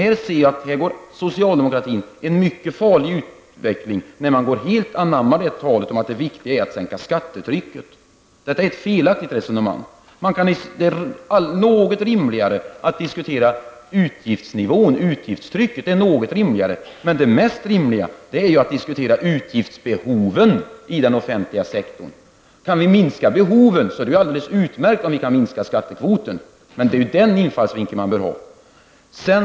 Här måste jag säga att socialdemokraterna går en mycket farlig väg när de helt anammar talet om att det är viktigt att sänka skattetrycket. Det är ett felaktigt resonemang. Det är något rimligare att diskutera utgiftsnivån, utgiftstrycket. Det mest rimliga är att diskutera utgiftsbehoven i den offentliga sektorn. Kan vi minska behoven är det alldeles utmärkt om vi också kan minska skattekvoten. Detta är den infallsvinkel man bör ha.